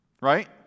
right